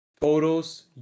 photos